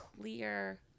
clear